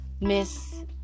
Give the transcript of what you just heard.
miss